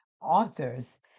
authors